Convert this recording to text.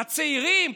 הצעירים,